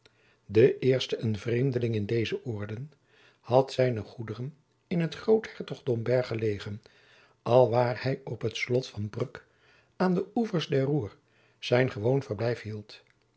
de eerste een vreemdeling in deze oorden had zijne goederen in het groot hertogdom berg gelegen alwaar hij op het slot van bruck aan de oevers der rhoer zijn gewoon verblijf hield